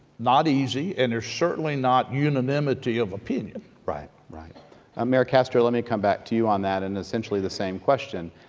not easy, and there's certainly not unanimity of opinion. right. um mayor castro let me come back to you on that and essentially the same question.